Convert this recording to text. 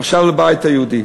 עכשיו לבית היהודי.